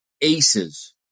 aces